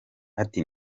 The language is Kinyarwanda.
ati